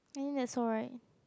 maybe that's alright